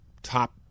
Top